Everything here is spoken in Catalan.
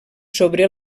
sobre